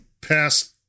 past